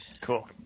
Cool